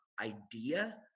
idea